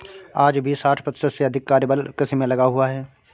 आज भी साठ प्रतिशत से अधिक कार्यबल कृषि में लगा हुआ है